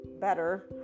better